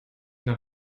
noch